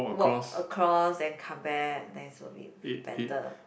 walk across then come back that is will be better